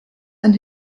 and